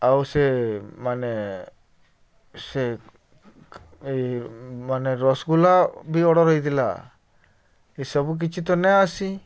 ଆଉ ସେ ମାନେ ସେ ମାନେ ରସଗୋଲା ବି ଅର୍ଡ଼ର୍ ହେଇଥିଲା ଏସବୁ କିଛି ତ ନା ଆସି